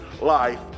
life